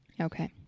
Okay